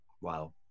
Wow